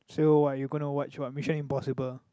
so what you gonna to watch what Mission-Impossible